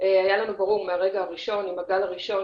היה לנו ברור מהרגע הראשון עם הגל הראשון